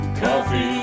coffee